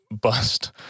bust